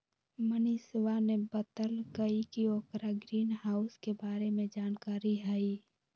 मनीषवा ने बतल कई कि ओकरा ग्रीनहाउस के बारे में जानकारी हई